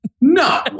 no